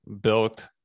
built